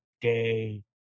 day